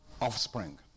offspring